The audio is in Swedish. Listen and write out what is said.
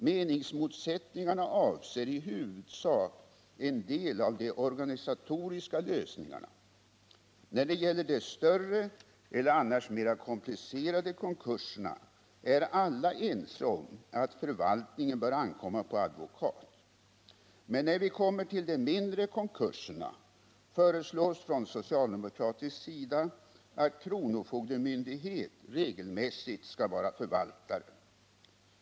Meningsmotsättningarna avser i huvudsak en del av de organisatoriska lösningarna. När det gäller de större eller annars mera komplicerade konkurserna är alla ense om att förvaltningen bör ankomma på advokat. Men när vi kommer till de mindre konkurserna föreslås från socialdemokratisk sida att kronofogdemyndighet regelmässigt skall vara förvaltare.